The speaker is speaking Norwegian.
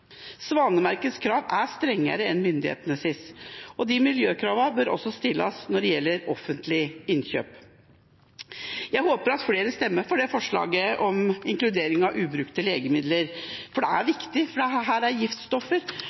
Svanemerkets krav er strengere enn myndighetenes, og de miljøkravene bør også kunne stilles når det gjelder offentlige innkjøp. Jeg håper at flere stemmer for å inkludere innsamling av ubrukte legemidler, for det er viktig. Dette er giftstoffer